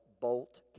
Bolt